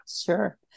Sure